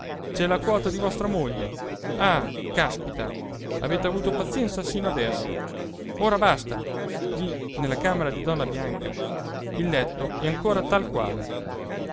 c'è la quota di vostra moglie ah caspita avete avuto pazienza sino adesso ora basta lì nella camera di donna bianca il letto è ancora tal quale